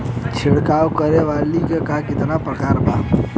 छिड़काव करे वाली क कितना प्रकार बा?